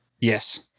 Yes